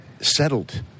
settled